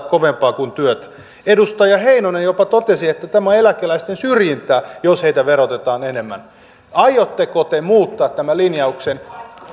kovempaa kuin työtä edustaja heinonen jopa totesi että tämä on eläkeläisten syrjintää jos heitä verotetaan enemmän aiotteko te muuttaa tämän linjauksen